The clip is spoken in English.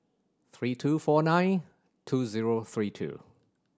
three two four nine two zero three two